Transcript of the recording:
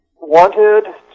wanted